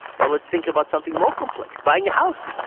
now let's think about something more complex, buying a house.